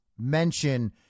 mention